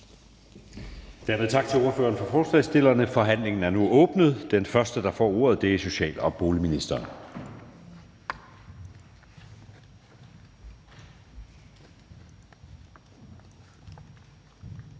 tak til ordføreren for forslagsstillerne. Forhandlingen er nu åbnet. Den første, der får ordet, er social- og boligministeren.